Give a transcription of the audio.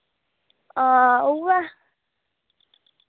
आं उऐ